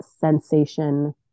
sensation